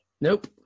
Nope